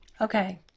Okay